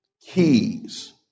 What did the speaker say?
keys